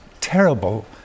terrible